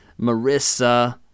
Marissa